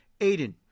Aiden